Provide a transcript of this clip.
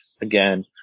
again